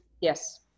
Yes